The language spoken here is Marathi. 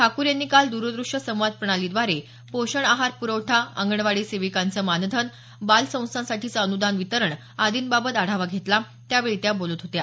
ठाकूर यांनी काल द्रदृश्य संवाद प्रणालीद्वारे पोषण आहार पुरवठा अंगणवाडी सेविकांचं मानधन बाल संस्थांसाठीचं अनुदान वितरण आदींबाबत आढावा घेतला त्यावेळी त्या बोलत होत्या